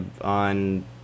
on